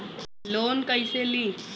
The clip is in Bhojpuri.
लोन कईसे ली?